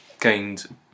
gained